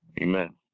Amen